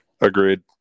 Agreed